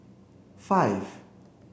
five